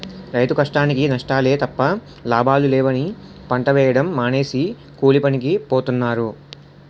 రైతు కష్టానికీ నష్టాలే తప్ప లాభాలు లేవని పంట వేయడం మానేసి కూలీపనికి పోతన్నారు